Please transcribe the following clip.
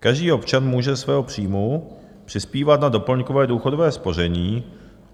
Každý občan může ze svého příjmu přispívat na doplňkové důchodové spoření